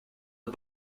was